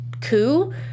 coup